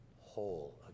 whole